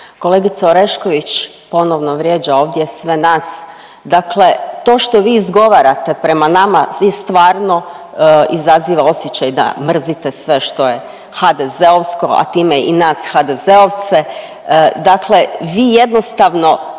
Kolegica Orešković ponovno vrijeđa ovdje sve nas, dakle to što vi izgovarate prema nama je stvarno izaziva osjećaj da mrzite sve što je HDZ-ovsko, a time i nas HDZ-ovce. Dakle, vi jednostavno